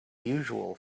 usual